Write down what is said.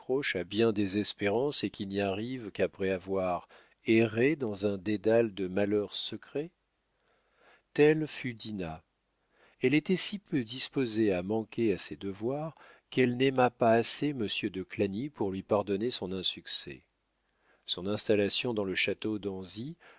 bien des espérances et qui n'y arrivent qu'après avoir erré dans un dédale de malheurs secrets telle fut dinah elle était si peu disposée à manquer à ses devoirs qu'elle n'aima pas assez monsieur de clagny pour lui pardonner son insuccès son installation dans le château d'anzy